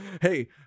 Hey